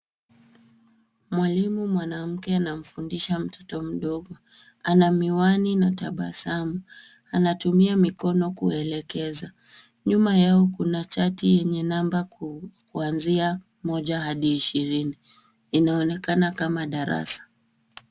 Mwalimu mwanamke anamfundisha mtoto mdogo. Ana miwani na tabasamu. Anatumia mikono kuelekeza. Nyuma yao kuna chati yenye namba kuanzia moja hadi ishirini. Inaonekana kama darasa.